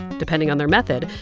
depending on their method,